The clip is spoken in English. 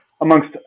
amongst